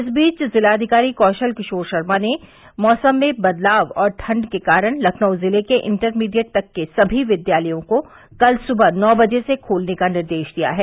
इस बीच जिलाधिकारी कौशल किशोर शर्मा ने मौसम में बदलाव और ठंड के कारण लखनऊ जिले के इंटरमीडिएट तक के सभी विद्यालयों को कल सुबह नौ बजे से खोलने का निर्देश दिया है